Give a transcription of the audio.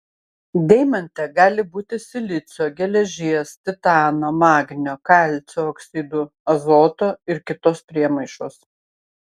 deimante gali būti silicio geležies titano magnio kalcio oksidų azoto ir kitos priemaišos